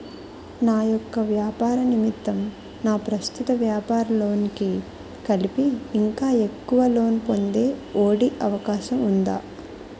నా యెక్క వ్యాపార నిమిత్తం నా ప్రస్తుత వ్యాపార లోన్ కి కలిపి ఇంకా ఎక్కువ లోన్ పొందే ఒ.డి అవకాశం ఉందా?